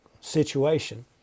situation